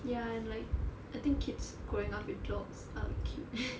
ya and like I think kids growing up with dogs are cute